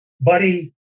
Buddy